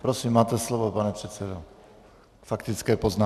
Prosím, máte slovo, pane předsedo, k faktické poznámce.